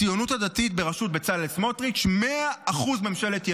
הציונות הדתית בראשות בצלאל סמוטריץ' 100% ממשלת ימין.